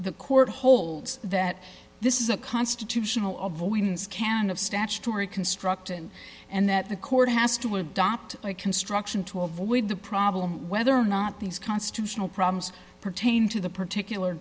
the court holds that this is a constitutional avoidance can of statutory construction and that the court has to adopt by construction to avoid the problem whether or not these constitutional problems pertain to the particular